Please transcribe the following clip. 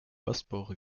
passeport